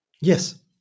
Yes